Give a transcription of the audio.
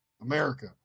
America